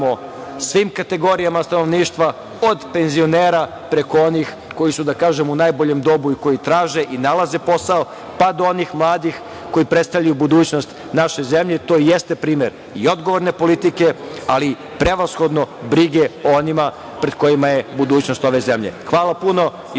svim kategorijama stanovništva od penzionera preko onih koji su da kažem u najboljem dobu i traže i nalaze posao, pa do onih mladih koji predstavljaju budućnost naše zemlje. To jeste primer i odgovorne politike, ali prevashodno brige o onima pred kojima je budućnost ove zemlje. Hvala puno.